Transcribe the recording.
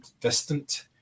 distant